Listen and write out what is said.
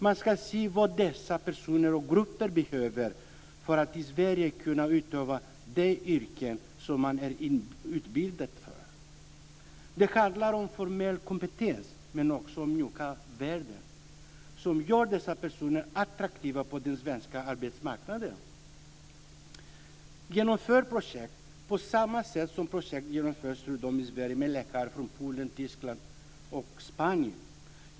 Man ska se vad dessa personer och grupper behöver för att i Sverige kunna utöva de yrken som de är utbildade för. Det handlar om formell kompetens men också om mjuka värden som gör dessa personer attraktiva på den svenska arbetsmarknaden. Genomför projekt på samma sätt som projekt genomförs runtom i Sverige med läkare från Polen, Tyskland och Spanien.